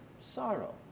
sorrow